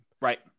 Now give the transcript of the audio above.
Right